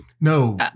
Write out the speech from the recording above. No